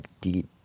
deep